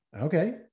okay